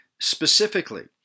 specifically